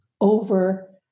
over